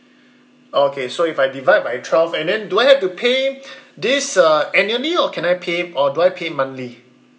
oh okay so if I divide by twelve and then do I have to pay this uh annually or can I pay or do I pay it monthly